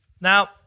Now